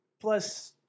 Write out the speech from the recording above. plus